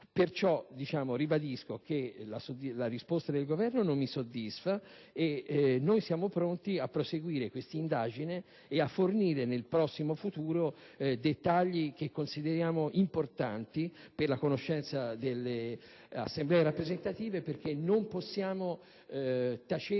perciò che la risposta del Governo non mi soddisfa e che noi siamo pronti a proseguire questa indagine e a fornire nel prossimo futuro dettagli che consideriamo importanti per la conoscenza delle Assemblee rappresentative, perché non possiamo tacere